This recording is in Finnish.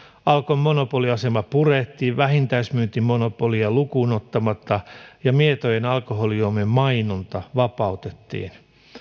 alkon monopoliasema purettiin vähittäismyyntimonopolia lukuun ottamatta ja mietojen alkoholijuomien mainonta vapautettiin